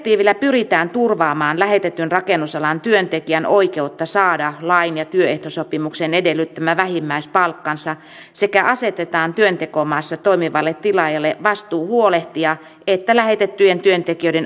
direktiivillä pyritään turvaamaan lähetetyn rakennusalan työntekijän oikeutta saada lain ja työehtosopimuksen edellyttämä vähimmäispalkkansa sekä asetetaan työntekomaassa toimivalle tilaajalle vastuu huolehtia että lähetettyjen työntekijöiden oikeudet toteutuvat